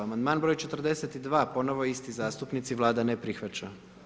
Amandman broj 42. ponovo isti zastupnici, Vlada ne prihvaća.